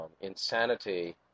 insanity